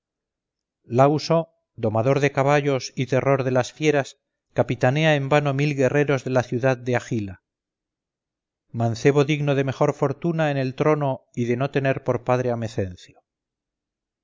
turno lauso domador de caballos y terror de las fieras capitanea en vano mil guerreros de la ciudad de agila mancebo digno de mejor fortuna en el trono y de no tener por padre a